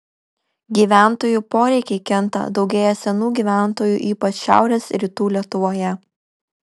gyventojų poreikiai kinta daugėja senų gyventojų ypač šiaurės rytų lietuvoje